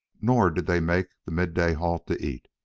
nor did they make the midday halt to eat.